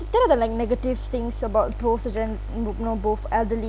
that are other like negative things about both of gen~ know you know both elderly